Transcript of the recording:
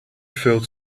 fell